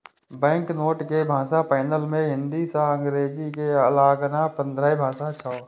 banknote के भाषा panel मे हिंदी आ अंग्रेजी के अलाना पंद्रह भाषा छै